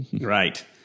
right